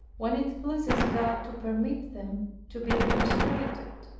when it pleases god to permit them to be frustrated.